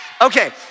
Okay